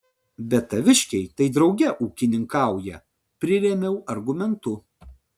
bet taviškiai tai drauge ūkininkauja prirėmiau argumentu